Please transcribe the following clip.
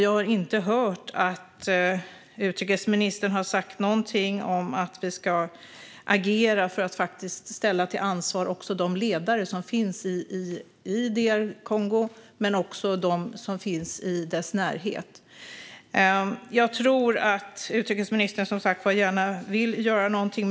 Jag har inte hört utrikesministern säga någonting om att vi ska agera för att faktiskt ställa till ansvar de ledare som finns i DR Kongo men också de som finns i dess närhet. Jag tror, som sagt var, att utrikesministern gärna vill göra någonting.